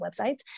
websites